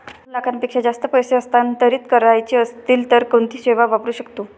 दोन लाखांपेक्षा जास्त पैसे हस्तांतरित करायचे असतील तर कोणती सेवा वापरू शकतो?